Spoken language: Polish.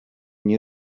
nie